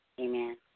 Amen